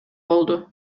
болду